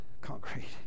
concrete